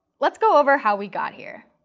let's go over how we got here.